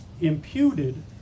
imputed